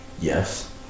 Yes